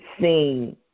seen